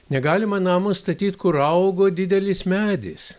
negalima namo statyt kur augo didelis medis